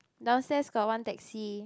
downstairs got one taxi